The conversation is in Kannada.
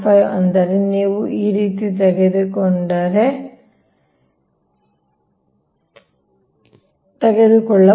5 ಅಂದರೆ ನೀವು ಈ ರೀತಿ ತೆಗೆದುಕೊಂಡರೆ ಹಿಡಿದುಕೊಳ್ಳಿ